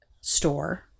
store